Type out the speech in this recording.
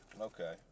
Okay